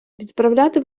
відправляти